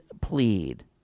plead